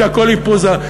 שהכול היא פוזה.